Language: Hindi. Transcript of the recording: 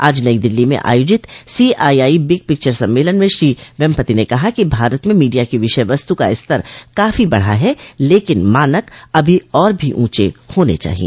आज नई दिल्ली में आयोजित सीआईआई बिग पिक्चर सम्मेलन में श्री वेम्पति ने कहा कि भारत में मीडिया की विषय वस्तु का स्तर काफी बढ़ा है लेकिन मानक अभी और भी ऊंचे होने चाहिए